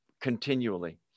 continually